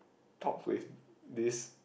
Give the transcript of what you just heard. talk with this